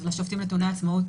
אז לשופטים נתוני העצמאות,